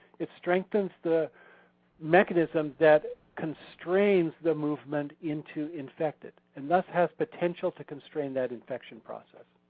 it strengthens the mechanism that constrains the movement into infected and thus has potential to constrain that infection process.